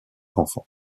enfants